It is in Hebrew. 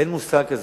אין מושג כזה.